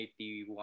81